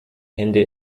hände